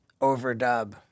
overdub